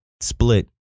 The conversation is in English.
split